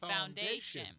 foundation